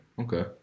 okay